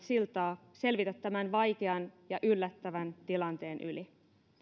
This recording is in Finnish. siltaa selvitä tämän vaikean ja yllättävän tilanteen yli